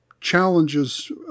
challenges